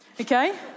Okay